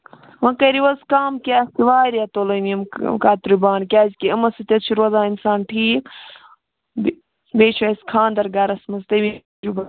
وۅنۍ کٔرِو حظ کَم کیٚنٛہہ واریاہ تُلٕنۍ یِم کَتریو بانہٕ کیٛازِ یِمو سۭتۍ حظ چھُ روزان اِنسان ٹھیٖک بےٚ بیٚیہِ چھُ اَسہِ خانٛدر گرَس منٛز تمی موٗجوٗبہٕ